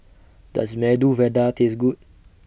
Does Medu Vada Taste Good